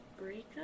breakup